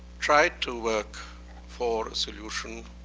tried to work for a solution,